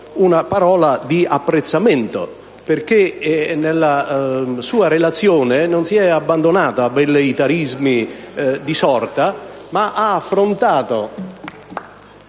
una parola di apprezzamento, perché nella sua relazione non si è abbandonato a velleitarismi di sorta ma ha affrontato